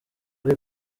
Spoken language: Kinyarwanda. ari